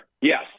Yes